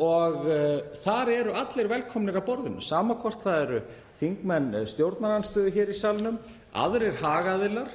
og þar eru allir velkomnir að borðinu, sama hvort það eru þingmenn stjórnarandstöðu hér í salnum eða aðrir hagaðilar,